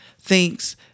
thinks